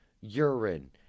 Urine